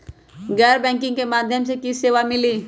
गैर बैंकिंग के माध्यम से की की सेवा मिली?